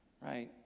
right